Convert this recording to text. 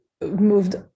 moved